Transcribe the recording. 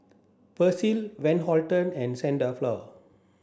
Persil Van Houten and Saint Dalfour